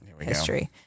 history